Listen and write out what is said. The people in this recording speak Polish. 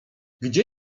gdzie